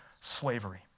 slavery